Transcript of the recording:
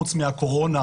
חוץ מהקורונה,